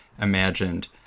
imagined